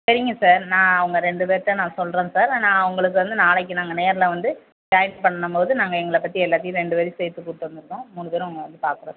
சரிங்க சார் நான் அவங்க ரெண்டு பேர்ட்ட நான் சொல்கிறேன் சார் ஆனால் அவங்களுக்கு வந்து நாளைக்கி நாங்கள் நேரில் வந்து ஜாயின் பண்ணும்போது நாங்கள் எங்களை பற்றி எல்லாத்தையும் ரெண்டு பேரையும் சேர்த்து கூப்பிட்டு வந்துடுறோம் மூணு பேரும் உங்களை வந்து பாக்கிறோம்